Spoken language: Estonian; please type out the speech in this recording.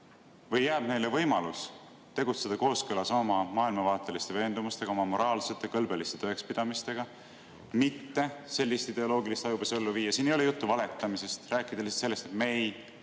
Või jääb neile võimalus tegutseda kooskõlas oma maailmavaateliste veendumustega, oma moraalsete, kõlbeliste tõekspidamistega, mitte sellist ideoloogilist ajupesu ellu viia? Siin ei ole juttu valetamisest, räägime lihtsalt sellest, et me ei